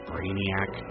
Brainiac